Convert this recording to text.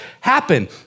happen